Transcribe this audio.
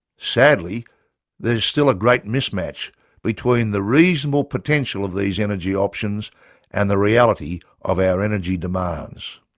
sadly there is still a great mismatch between the reasonable potential of these energy options and the reality of our energy demands.